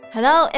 Hello